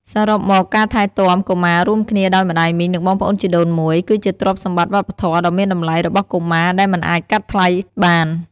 សរុបមក ការថែទាំកុមាររួមគ្នាដោយម្ដាយមីង និងបងប្អូនជីដូនមួយ គឺជាទ្រព្យសម្បត្តិវប្បធម៌ដ៏មានតម្លៃរបស់កម្ពុជាដែលមិនអាចកាត់ថ្លៃបាន។